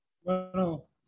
Bueno